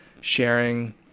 sharing